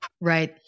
Right